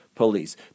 police